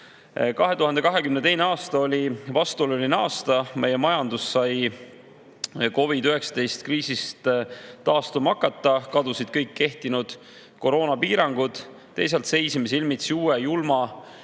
seis.2022. aasta oli vastuoluline aasta. Meie majandus sai COVID‑19 kriisist taastuma hakata ja kadusid kõik kehtinud koroonapiirangud. Teisalt seisime silmitsi uue, julma